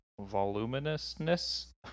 voluminousness